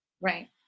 Right